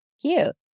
Cute